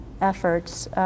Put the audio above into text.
efforts